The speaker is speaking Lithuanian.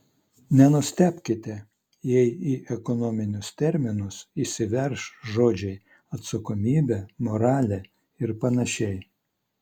nenustebkite jei į ekonominius terminus įsiverš žodžiai atsakomybė moralė ir panašiai